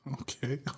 Okay